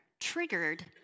triggered